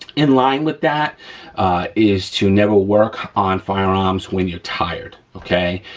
in line with that is to never work on firearms when you're tired, okay?